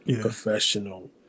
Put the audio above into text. professional